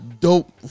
dope